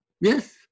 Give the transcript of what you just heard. Yes